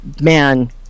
man